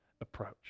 approach